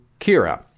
Kira